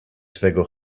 twego